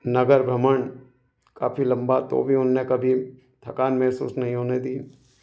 नगर भ्रमण काफी लम्बा तो भी उन्होंने कभी थकान महसूस नहीं होने दी